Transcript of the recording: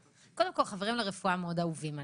קודם כל, חברים לרפואה מאוד אהובים עלינו,